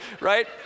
right